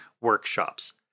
workshops